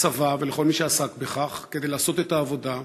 ולצבא ולכל מי שעסק בכך לעשות את העבודה,